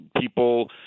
people